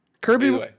Kirby